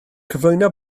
cyflwyno